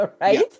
right